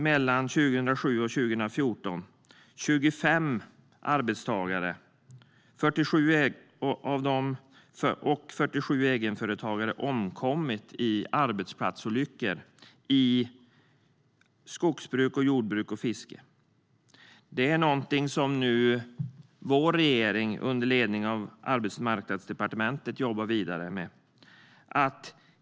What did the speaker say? Mellan 2007 och 2014 har totalt 25 arbetstagare och 47 egenföretagare omkommit i arbetsplatsolyckor inom skogsbruk, jordbruk och fiske. Regeringen, under ledning av Arbetsmarknadsdepartementet, jobbar nu vidare med detta.